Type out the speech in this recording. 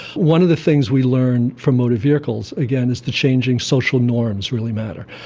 one of the things we learned from motor vehicles, again, is the changing social norms really matter.